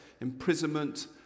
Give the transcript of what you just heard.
imprisonment